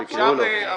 רצוי לא,